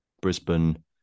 brisbane